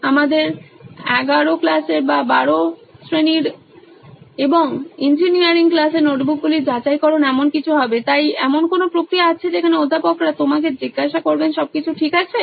আমাদের 11 তম 12 তম এবং ইঞ্জিনিয়ারিং ক্লাসে নোটবুকগুলির যাচাইকরণ এমন কিছু হবে তাই এমন কোনও প্রক্রিয়া আছে যেখানে অধ্যাপকরা তোমাকে জিজ্ঞাসা করবেন সবকিছু ঠিক আছে